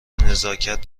نزاکت